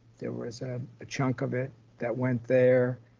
there was a chunk of it that went there.